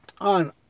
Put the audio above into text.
on